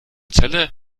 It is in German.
zelle